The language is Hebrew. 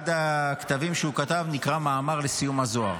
אחד הכתבים שהוא כתב נקרא מאמר לסיום הזהר,